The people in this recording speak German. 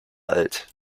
alt